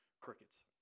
Crickets